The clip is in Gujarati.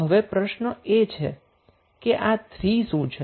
તો હવે પ્રશ્ન એ છે કે આ 3 શું છે